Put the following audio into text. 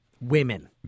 women